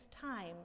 time